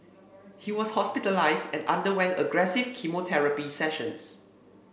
he was hospitalised and underwent aggressive chemotherapy sessions